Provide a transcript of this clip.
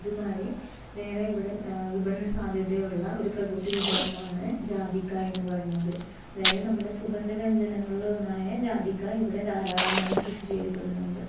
അതുമാതിരി വേറെ ഇവിടെ വിപണന സാധ്യതയുള്ള ഒരു പ്രകൃതി വിഭവമാണ് ജാതിക്ക എന്ന് പറയുന്നത് അതായത് നമ്മുടെ സുഗന്ധ വ്യഞ്ജനങ്ങളില് ഒന്നായ ജാതിക്ക ഇവിടെ ധാരാളമായി കൃഷി ചെയ്യപ്പെടുന്നുണ്ട്